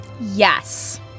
Yes